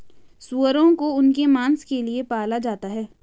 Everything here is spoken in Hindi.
सूअरों को उनके मांस के लिए पाला जाता है